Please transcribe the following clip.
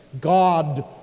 God